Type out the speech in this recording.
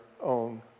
own